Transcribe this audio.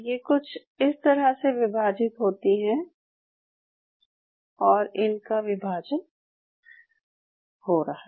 ये कुछ इस तरह से विभाजित होती हैं और ये इनका विभाजन हो रहा है